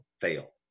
fail